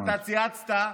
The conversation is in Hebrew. אתה צייצת,